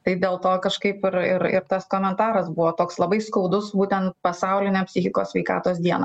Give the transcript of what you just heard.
tai dėl to kažkaip ir ir tas komentaras buvo toks labai skaudus būtent pasaulinę psichikos sveikatos dieną